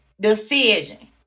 decision